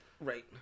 right